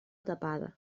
tapada